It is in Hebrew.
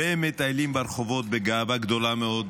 ומטיילים ברחובות בגאווה גדולה מאוד,